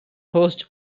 host